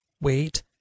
Wait